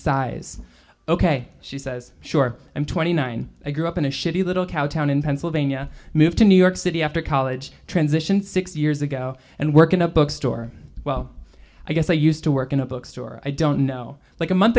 sighs ok she says sure i'm twenty nine i grew up in a shitty little cow town in pennsylvania moved to new york city after college transition six years ago and work in a bookstore well i guess i used to work in a bookstore i don't know like a month